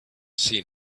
seen